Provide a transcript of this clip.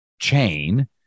chain